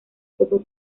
poco